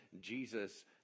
Jesus